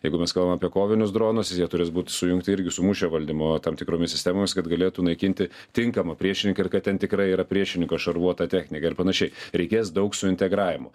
jeigu mes kalbam apie kovinius dronus jie turės būt sujungti irgi sumušę valdymo tam tikromis sistemos kad galėtų naikinti tinkamą priešininką ir kad ten tikrai yra priešininko šarvuota technika ir panašiai reikės daug su integravimu